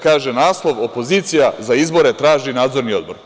Kaže naslov: „Opozicija za izbore traži Nadzorni odbor“